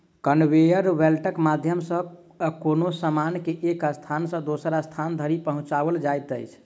conveyor बेल्टक माध्यम सॅ कोनो सामान के एक स्थान सॅ दोसर स्थान धरि पहुँचाओल जाइत अछि